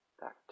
back